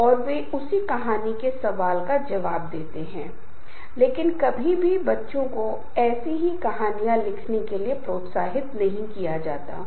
लेकिन एक ही समय में आप जानते हैं कि कई लोग कुछ चीजों के लिए काम कर रहे हैं कुछ कारणों से अनौपचारिक रूप से और एक समूह भी है जो वे एक समूह में अनौपचारिक रूप से मिलकर काम करते हैं